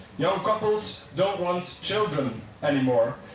young couples don't want children anymore,